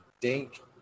dink